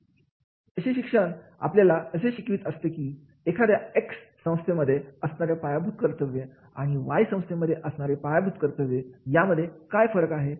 ते शिक्षण आपल्याला असे शिकवत असते की एखाद्या एक्स संस्थेमध्ये असणाऱ्या पायाभूत कर्तव्य आणि वाय संस्थेमध्ये असणारे पायाभूत कर्तव्य यामध्ये काय फरक आहे